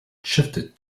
shifted